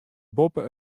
boppe